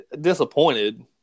disappointed